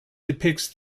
depicts